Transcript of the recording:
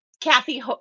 Kathy